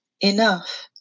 enough